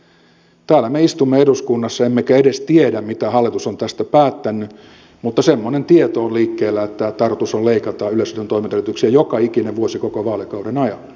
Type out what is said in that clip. täällä me istumme eduskunnassa emmekä edes tiedä mitä hallitus on tästä päättänyt mutta semmoinen tieto on liikkeellä että tarkoitus on leikata yleisradion toimintaedellytyksiä joka ikinen vuosi koko vaalikauden ajan